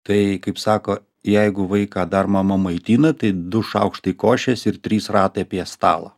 tai kaip sako jeigu vaiką dar mama maitina tai du šaukštai košės ir trys ratai apie stalą